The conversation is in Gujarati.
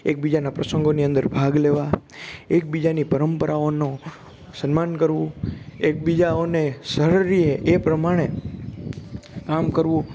એકબીજાના પ્રંસગોની અંદર ભાગ લેવા એકબીજાની પરંપરાઓનો સન્માન કરવું એકબીજાને સરળ રહે એ પ્રમાણે કામ કરવું